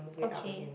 okay